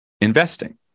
investing